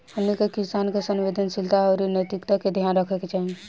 हमनी के किसान के संवेदनशीलता आउर नैतिकता के ध्यान रखे के चाही